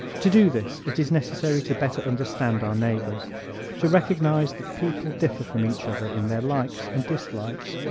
to do this it is necessary to better understand our neighbors to recognize that people differ from each other in their likes and dislikes,